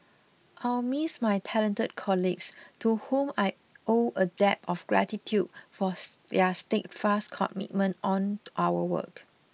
I'll miss my talented colleagues to whom I owe a debt of gratitude for their steadfast commitment on our work